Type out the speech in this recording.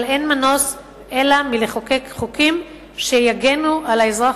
אבל אין מנוס אלא לחוקק חוקים שיגנו על האזרח